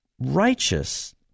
righteous